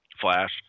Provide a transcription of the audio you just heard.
flash